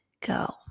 go